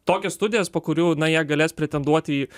tokias studijas po kurių na jie galės pretenduoti į